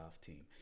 team